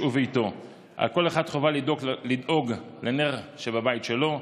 על כל אחד חובה לדאוג לנר שבבית שלו.